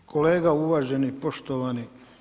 Kolega uvaženi, poštovani.